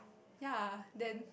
ya then